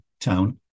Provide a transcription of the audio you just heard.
town